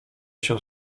się